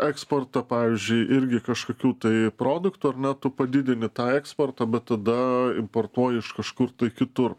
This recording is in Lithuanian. eksportą pavyzdžiui irgi kažkokių tai produktų ar ne tu padidini tą eksportą bet tada importuoji iš kažkur kitur